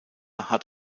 hat